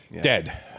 Dead